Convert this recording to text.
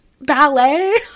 ballet